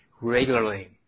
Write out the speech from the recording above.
regularly